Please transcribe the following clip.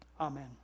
amen